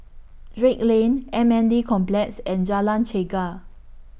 Drake Lane M N D Complex and Jalan Chegar